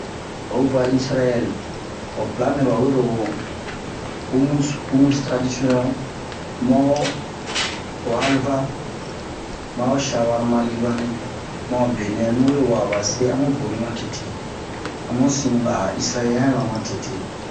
o va Israyɛl ho pla nɛ ɓa wero umuse umuse tradisiyonɛl ma ho ho halva ma ho shawarma libanɛn mu a benɛ mu we wa'a ɓa se amu boni matete mu sin ɓa israliyɛn-na matete